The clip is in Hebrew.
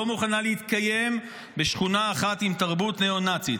לא מוכנה להתקיים בשכונה אחת עם תרבות ניאו-נאצית.